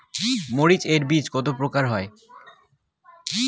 মরিচ এর বীজ কতো প্রকারের হয়?